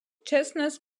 chestnut